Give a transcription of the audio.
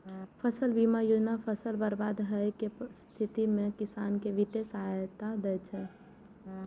फसल बीमा योजना फसल बर्बाद होइ के स्थिति मे किसान कें वित्तीय सहायता दै छै